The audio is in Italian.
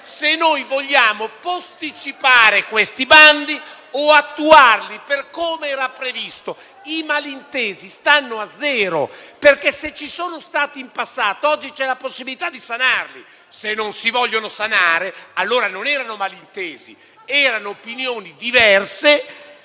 se vogliamo posticipare questi bandi o attuarli per come era previsto. I malintesi stanno a zero - come si suol dire perché, se ci sono stati in passato, oggi c'è la possibilità di sanarli. Se non si vogliono sanare, allora non erano malintesi ma erano opinioni diverse,